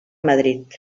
madrid